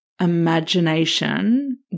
imagination